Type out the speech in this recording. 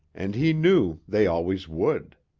and he knew they always would.